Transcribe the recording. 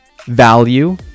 VALUE